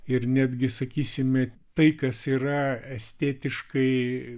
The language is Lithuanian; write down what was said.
ir netgi sakysime tai kas yra estetiškai